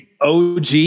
OG